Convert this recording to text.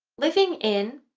living in